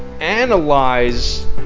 analyze